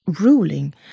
ruling